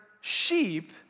sheep